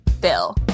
bill